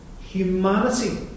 humanity